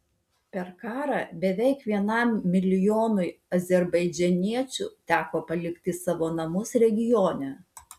per karą beveik vienam milijonui azerbaidžaniečių teko palikti savo namus regione